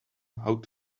how